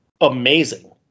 amazing